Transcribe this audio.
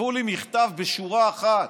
כתבו לי מכתב בשורה אחת: